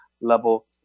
level